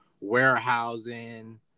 warehousing